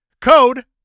Code